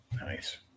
nice